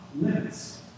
limits